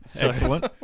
Excellent